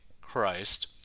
Christ